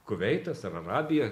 kuveitas ar arabija